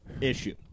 issue